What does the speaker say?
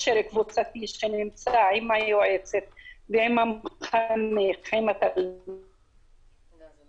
הרכב קבוצתי שנמצא עם היועצת ועם המחנך --- את